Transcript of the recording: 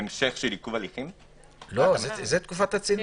זה תקופת צינון.